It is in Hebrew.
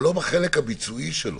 אבל לא בחלק הביצועי של זה.